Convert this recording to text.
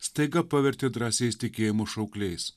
staiga pavertė drąsiais tikėjimo šaukliais